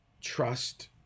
trust